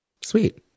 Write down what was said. Sweet